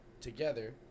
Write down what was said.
together